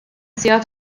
sigħat